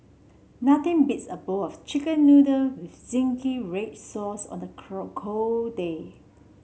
nothing beats a bowl of chicken noodle with zingy red sauce on a cold day